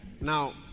Now